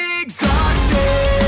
Exhausted